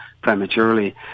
prematurely